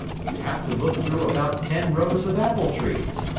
you'd have to look through about ten rows of apple-trees.